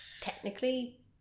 technically